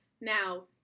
now